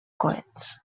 coets